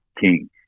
King